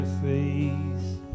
face